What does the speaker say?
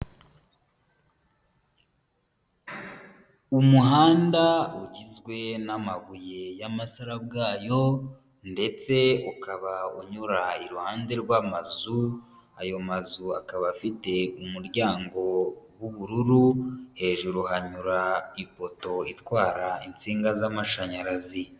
Umuhanda ugizwe n'amabuye y'amasarabwayo, ndetse ukaba unyura iruhande rw'amazu, ayo mazu akaba afite umuryango w'ubururu, hejuru hanyura ipoto itwara insinga z'amashanyarazi.